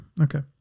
okay